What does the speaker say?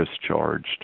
discharged